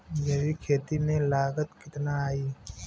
जैविक खेती में लागत कितना आई?